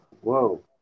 Whoa